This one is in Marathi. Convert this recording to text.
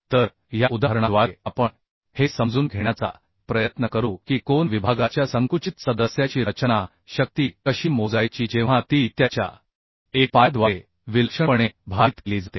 तर या उदाहरणाद्वारे आपण हे समजून घेण्याचा प्रयत्न करू की कोन विभागाच्या संकुचित सदस्याची रचना शक्ती कशी मोजायची जेव्हा ती त्याच्या 1 पायाद्वारे इसेन्ट्रीकली भारित केली जाते